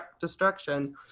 destruction